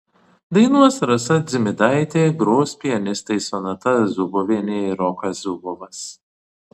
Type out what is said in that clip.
dainuos rasa dzimidaitė gros pianistai sonata zubovienė ir rokas zubovas